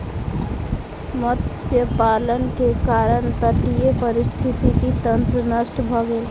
मत्स्य पालन के कारण तटीय पारिस्थितिकी तंत्र नष्ट भ गेल